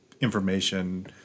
information